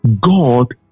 god